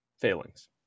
failings